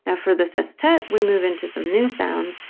ah for the sestet we move into some new sounds,